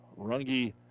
Rungi